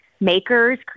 makers